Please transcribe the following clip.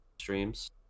streams